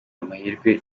amahirwe